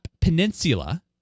Peninsula